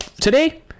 today